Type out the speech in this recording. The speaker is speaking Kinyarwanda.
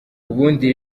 ubundi